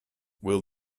will